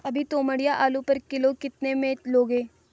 अभी तोमड़िया आलू पर किलो कितने में लोगे?